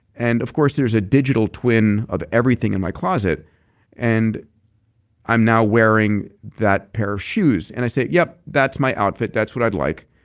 and of course there's a digital twin of everything in my closet and i'm now wearing that pair of shoes. and i say, yes, that's my outfit. that's what i'd like.